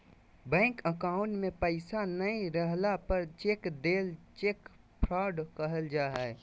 bank account में पैसा नय रहला पर चेक देल चेक फ्रॉड कहल जा हइ